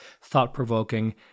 thought-provoking